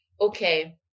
okay